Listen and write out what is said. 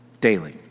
daily